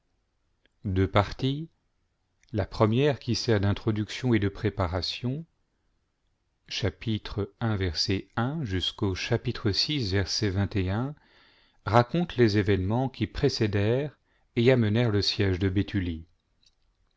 deux parties la première qui sert d'introduction et de préparation chapitre vi raconte les événements qui précédèrent et amenèrent le siège de béthulie